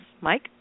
Mike